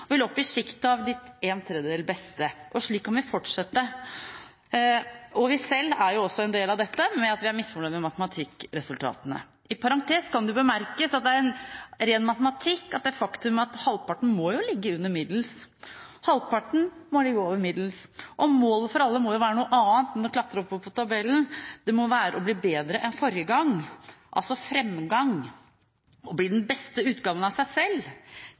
vil opp i sjiktet til den beste tredjedelen. Og slik kan vi fortsette. Vi er jo også selv en del av dette, ved at vi er misfornøyd med matematikkresultatene. I parentes kan det bemerkes at det er ren matematikk – faktum er at halvparten må ligge under middels og halvparten må ligge over middels. Målet for alle må jo være noe annet enn å klatre oppover på tabellen. Det må være å bli bedre enn forrige gang, altså framgang. Å bli den beste utgaven av seg selv